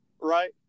right